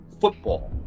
football